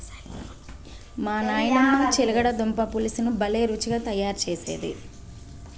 మా నాయనమ్మ చిలకడ దుంపల పులుసుని భలే రుచిగా తయారు చేసేది